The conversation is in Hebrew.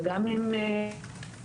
וגם עם דסי,